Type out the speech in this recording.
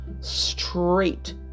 straight